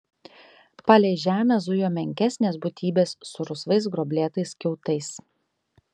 palei žemę zujo menkesnės būtybės su rusvais gruoblėtais kiautais